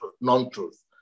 non-truth